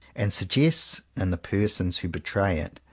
and suggests in the persons who betray it,